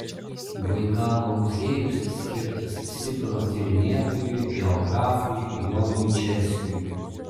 baikalo muziejus skirtas sibiro tyrinėtojui geografui jonui čerskiui